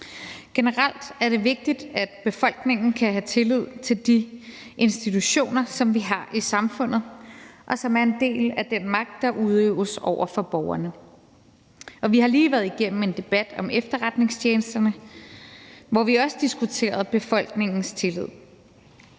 Generelt er det vigtigt, at befolkningen kan have tillid til de institutioner, som vi har i samfundet, og som er en del af den magt, der udøves over for borgerne. Og vi har lige været igennem en debat om efterretningstjenesterne, hvor vi også diskuterede befolkningens tillid.